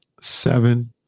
seven